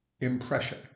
impression